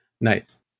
nice